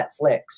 Netflix